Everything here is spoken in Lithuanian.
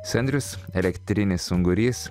sendrius elektrinis ungurys